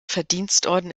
verdienstorden